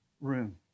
room